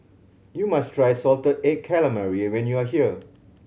you must try salted egg calamari when you are here